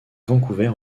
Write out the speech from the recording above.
vancouver